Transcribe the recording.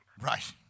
Right